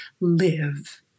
live